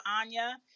Anya